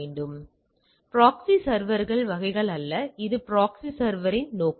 எனவே இது ப்ராக்ஸி சர்வர்கள் வகைகள் அல்ல இது ப்ராக்ஸி சர்வரின் நோக்கம்